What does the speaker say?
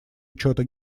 учета